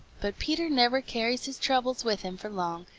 but peter never carries his troubles with him for long,